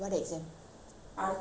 final year exam